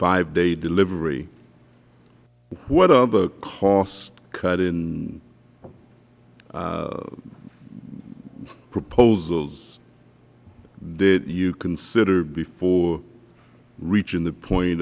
five day delivery what other cost cutting proposals did you consider before reaching the point